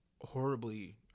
horribly